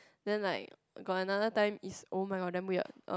then like got another time is oh my god damn weird uh